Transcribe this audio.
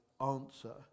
answer